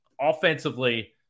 offensively